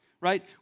right